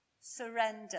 surrender